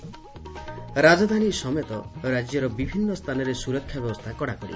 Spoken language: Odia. ରାଜଧାନୀ ସମେତ ରାକ୍ୟର ବିଭିନ୍ନ ସ୍ଚାନରେ ସୁରକ୍ଷା ବ୍ୟବସ୍କା କଡ଼ାକଡ଼ି